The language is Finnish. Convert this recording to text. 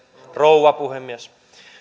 rouva puhemies